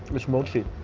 it's mochi,